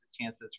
chances